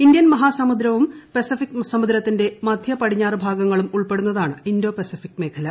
Indian മഹാസമുദ്രവും Pacific സമുദ്രത്തിന്റെ മധ്യ പടിഞ്ഞാറ് ഭാഗങ്ങളും ഉൾപ്പെടുന്നതാണ്ട് ഇൻഡോ പസഫിക് മേഖല